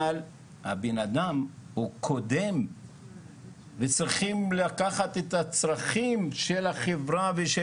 אבל הבן-אדם הוא קודם וצריכים לקחת את הצרכים של החברה ושל